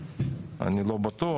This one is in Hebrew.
אני לא בטוח,